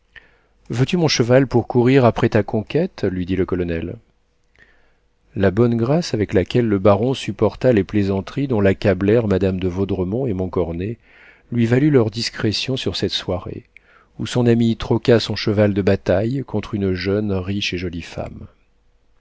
veux-tu mon cheval pour courir après ta conquête lui dit le colonel la bonne grâce avec laquelle le baron supporta les plaisanteries dont l'accablèrent madame de vaudremont et montcornet lui valut leur discrétion sur cette soirée où son ami troqua son cheval de bataille contre une jeune riche et jolie femme